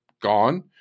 gone